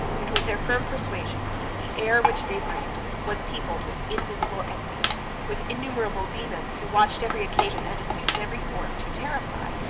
it was their firm persuasion, that the air, which they breathed, was peopled with invisible enemies with innumerable demons, who watched every occasion, and assumed every form, to terrify,